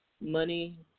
money